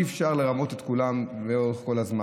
אי-אפשר לרמות את כולם לאורך כל הזמן.